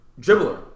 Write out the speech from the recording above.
dribbler